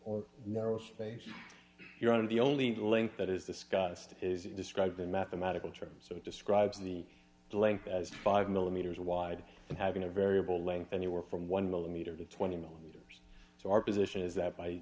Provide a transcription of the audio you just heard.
or narrow space you're on the only link that is discussed is it described in mathematical terms so it describes the length as five millimeters wide and having a variable length anywhere from one millimeter to twenty millimeters so our position is that by